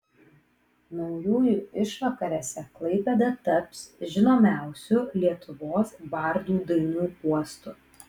naujųjų išvakarėse klaipėda taps žinomiausių lietuvos bardų dainų uostu